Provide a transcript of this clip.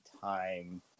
time